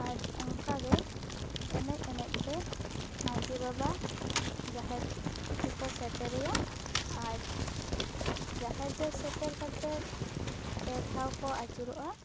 ᱟᱨ ᱚᱱᱠᱟ ᱜᱮ ᱮᱱᱮᱡ ᱮᱱᱮᱡ ᱛᱮ ᱱᱟᱭᱠᱮ ᱵᱟᱵᱟ ᱡᱟᱦᱮᱨ ᱛᱮᱠᱚ ᱥᱮᱴᱮᱨᱮᱭᱟ ᱟᱨ ᱡᱟᱦᱮᱨ ᱨᱮ ᱥᱮᱴᱮᱨ ᱠᱟᱛᱮᱫ ᱯᱮ ᱫᱷᱟᱣ ᱠᱚ ᱟᱹᱪᱩᱨᱚᱜᱼᱟ